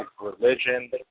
religion